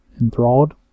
enthralled